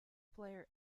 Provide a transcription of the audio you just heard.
player